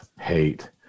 hate